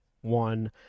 one